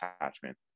attachment